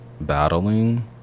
battling